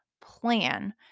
plan